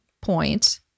point